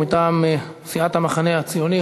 מטעם סיעת המחנה הציוני,